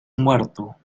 muerto